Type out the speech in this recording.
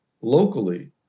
locally